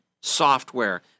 software